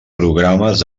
programes